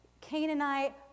Canaanite